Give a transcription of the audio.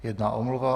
Jedna omluva.